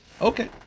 Okay